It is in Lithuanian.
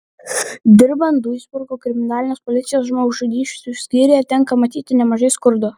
dirbant duisburgo kriminalinės policijos žmogžudysčių skyriuje tenka matyti nemažai skurdo